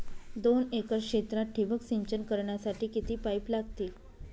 दोन एकर क्षेत्रात ठिबक सिंचन करण्यासाठी किती पाईप लागतील?